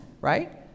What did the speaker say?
right